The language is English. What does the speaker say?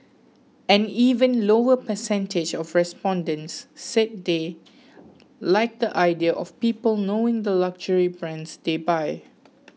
an even lower percentage of respondents said they like the idea of people knowing the luxury brands they buy